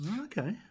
Okay